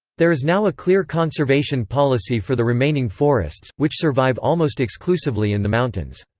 there is now a clear conservation policy for the remaining forests, which survive almost exclusively in the mountains.